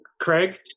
craig